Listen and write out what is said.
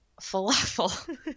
falafel